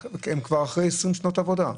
הן כבר אחרי 20 שנות עבודה.